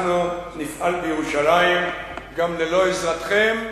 אנחנו נפעל בירושלים גם ללא עזרתכם,